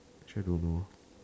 actually I don't know